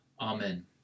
Amen